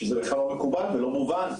שזה בכלל לא מקובל ולא מובן.